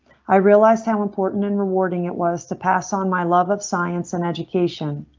i realized how important and rewarding it was to pass on my love of science in education.